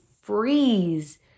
freeze